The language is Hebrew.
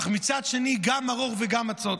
אך מצד שני גם מרור וגם מצות.